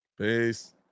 Peace